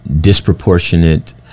disproportionate